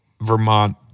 Vermont